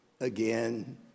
again